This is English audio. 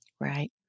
Right